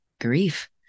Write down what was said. grief